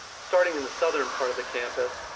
starting in the southern part of the campus,